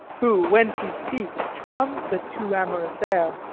who, when she speaks, charms the too amorous air,